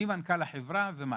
ממנכ"ל החברה ומטה.